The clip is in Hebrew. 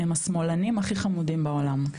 הם השמאלנים הכי חמודים בעולם.